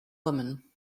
woman